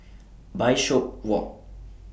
Bishopswalk